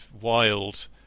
wild